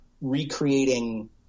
recreating